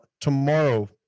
tomorrow